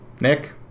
nick